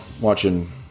watching